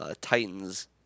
Titans